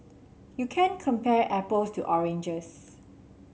you can't compare apples to oranges